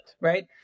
right